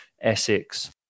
Essex